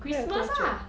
还有多久